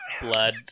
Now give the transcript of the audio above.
blood